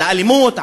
לאלימות,